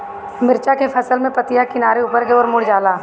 मिरचा के फसल में पतिया किनारे ऊपर के ओर मुड़ जाला?